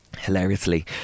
Hilariously